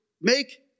make